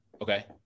Okay